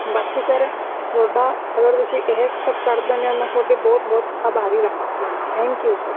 ਬਾਕੀ ਸਰ ਤੁਹਾਡਾ ਔਰ ਤੁਸੀਂ ਇਹ ਸਭ ਕਰ ਦਿੰਦੇ ਹੋ ਮੈਂ ਤੁਹਾਡੀ ਬਹੁਤ ਬਹੁਤ ਆਭਾਰੀ ਰਹਾਂਗੀ ਥੈਂਕ ਯੂ ਸਰ